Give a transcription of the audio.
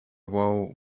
vow